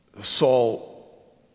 Saul